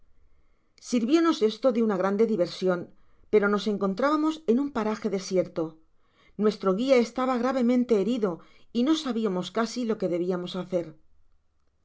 sirviónos esto de una grande diversion pero nos encontrábamos en un paraje desierto nuestro guia estaba gravemente berido y no sabiamos casi lo que debiamos hacer